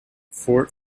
fort